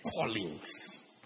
callings